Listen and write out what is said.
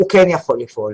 הוא כן יכול לפעול,